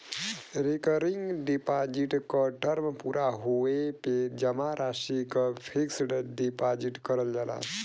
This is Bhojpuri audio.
रेकरिंग डिपाजिट क टर्म पूरा होये पे जमा राशि क फिक्स्ड डिपाजिट करल जाला